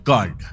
God